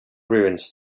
ruins